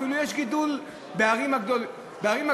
אפילו יש גידול בערים הגדולות,